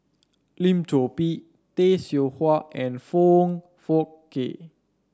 Lim Chor Pee Tay Seow Huah and Foong Fook Kay